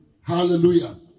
Hallelujah